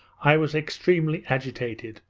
i was extremely agitated